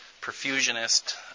perfusionist